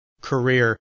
career